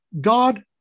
God